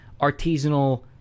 artisanal